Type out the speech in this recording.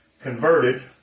converted